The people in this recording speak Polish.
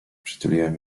przytuliłem